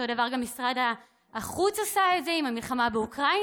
אותו דבר גם משרד החוץ עשה את זה עם המלחמה באוקראינה.